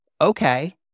Okay